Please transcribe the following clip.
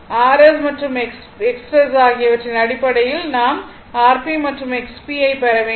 Rs மற்றும் XS ஆகியவற்றின் அடிப்படையில் நாம் Rp மற்றும் XP ஐப் பெற வேண்டும்